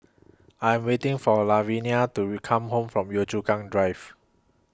I'm waiting For Lavinia to re Come Home from Yio Chu Kang Drive